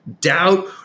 doubt